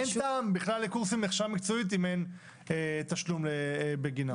אין טעם בכלל בקורסים להכשרה מקצועית אם אין תשלום בגינם.